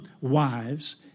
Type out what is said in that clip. wives